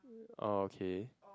okay